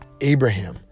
Abraham